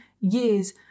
years